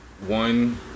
one